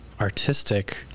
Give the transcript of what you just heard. artistic